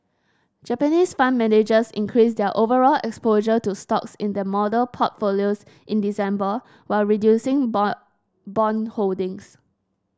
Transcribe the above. Japanese fund managers increased their overall exposure to stocks in their model portfolios in December while reducing bond bond holdings